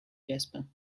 jasper